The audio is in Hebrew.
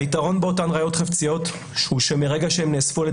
היתרון באותן ראיות חפציות הוא שמרגע שהן נאספו ע"י